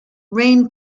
rain